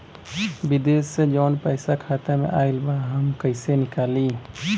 विदेश से जवन पैसा खाता में आईल बा हम कईसे निकाली?